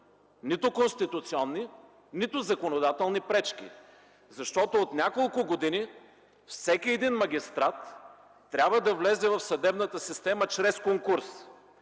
нито конституционни, нито законодателни пречки. Защото от няколко години всеки магистрат трябва да влезе в съдебната система чрез конкурс.